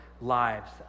lives